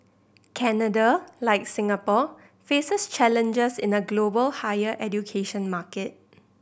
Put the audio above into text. Canada like Singapore faces challenges in a global higher education market